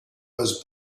was